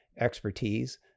expertise